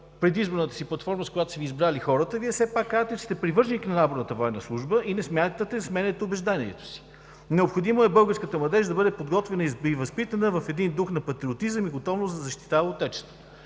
предизборната си платформа, с която са Ви избрали хората, Вие все пак казвате, че сте привърженик на наборната военна служба и не смятате да сменяте убеждението си. Необходимо е българската младеж да бъде подготвена и възпитана в дух на патриотизъм и готовност да защитава Отечеството.